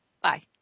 bye